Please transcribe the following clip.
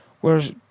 Whereas